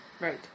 Right